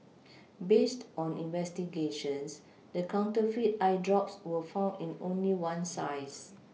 based on investigations the counterfeit eye drops were found in only one size